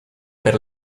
per